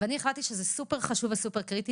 ואני החלטתי שזה סופר-חשוב וסופר-קריטי,